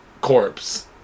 corpse